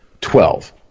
twelve